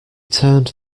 turned